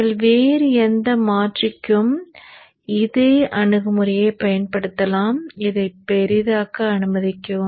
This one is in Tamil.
நீங்கள் வேறு எந்த மாற்றிக்கும் இதே அணுகுமுறையைப் பயன்படுத்தலாம் இதை பெரிதாக்க அனுமதிக்கவும்